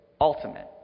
ultimate